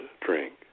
drink